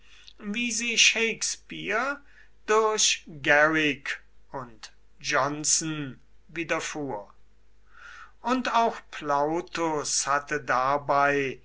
wie sie shakespeare durch garrick und johnson widerfuhr und auch plautus hatte dabei